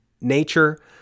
nature